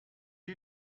you